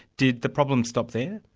did the problem stop there?